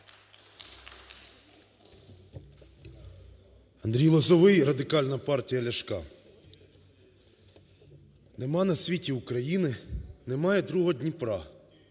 Андрій Лозовий, Радикальна партія Ляшка. "Нема на світі України, немає другого Дніпра…